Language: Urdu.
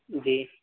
جی